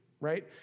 right